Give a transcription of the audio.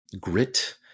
grit